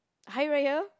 Hari-Raya